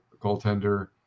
goaltender